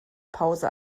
pause